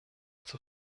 zur